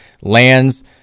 lands